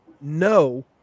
no